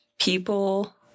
people